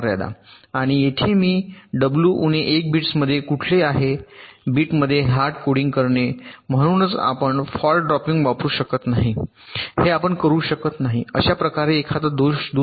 आणि येथे मी या डब्ल्यू उणे 1 बिट्स मध्ये कुठे म्हटले आहे बिटमध्ये हार्ड कोडिंग करणे म्हणूनच आपण फॉल्ट ड्रॉपिंग वापरू शकत नाही हे आपण करू शकत नाही अशाप्रकारे एखादा दोष दूर करा